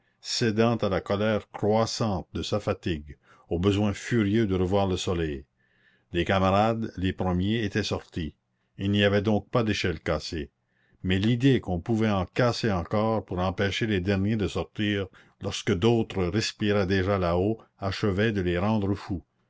cédant à la colère croissante de sa fatigue au besoin furieux de revoir le soleil des camarades les premiers étaient sortis il n'y avait donc pas d'échelles cassées mais l'idée qu'on pouvait en casser encore pour empêcher les derniers de sortir lorsque d'autres respiraient déjà là-haut achevait de les rendre fous